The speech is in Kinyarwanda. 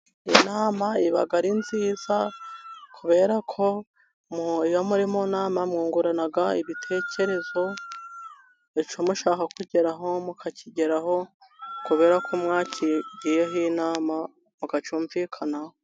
Iyi nama iba ari nziza, kubera ko iyo muri mu nama mwungurana ibitekerezo, icyo mushaka kugeraho mukakigeraho, kubera ko mwakigiyeho inama, mukacyumvikanaho.